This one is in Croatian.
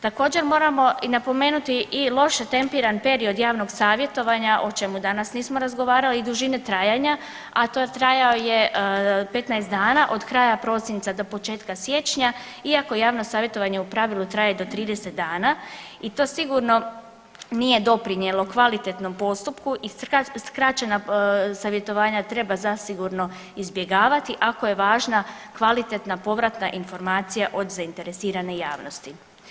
Također moramo i napomenuti i loše tempiran period javnog savjetovanja o čemu danas nismo razgovarali i dužini trajanja, a to trajao je 15 dana od kraja prosinca do početka siječnja iako javno savjetovanje u pravilu traje do 30 dana i to sigurno nije doprinjelo kvalitetnom postupku i skraćena savjetovanja treba zasigurno izbjegavati ako je važna kvalitetna povratna informacija od zainteresirane javnosti.